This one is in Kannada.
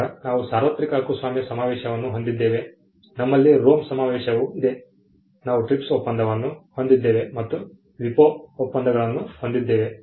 ನಂತರ ನಾವು ಸಾರ್ವತ್ರಿಕ ಹಕ್ಕುಸ್ವಾಮ್ಯ ಸಮಾವೇಶವನ್ನು ಹೊಂದಿದ್ದೇವೆ ನಮ್ಮಲ್ಲಿ ROME ಸಮಾವೇಶವೂ ಇದೆ ನಾವು TRIPS ಒಪ್ಪಂದವನ್ನು ಹೊಂದಿದ್ದೇವೆ ಮತ್ತು WIPO ಒಪ್ಪಂದಗಳನ್ನು ಹೊಂದಿದ್ದೇವೆ